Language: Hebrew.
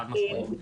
חד-משמעית.